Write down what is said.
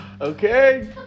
Okay